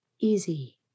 Easy